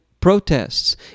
Protests